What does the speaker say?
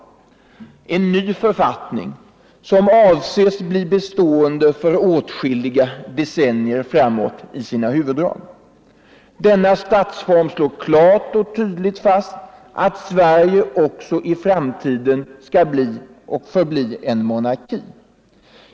Den avses i sina huvuddrag bli bestående för åtskilliga decennier framåt. Denna författning slår klart fast att Sverige också Nr 109 i framtiden skall förbli en monarki.